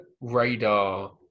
radar